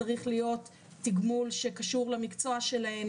צריך להיות תגמול שקשור למקצוע שלהן